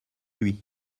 lui